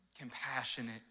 compassionate